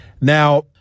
Now